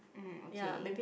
mmhmm okay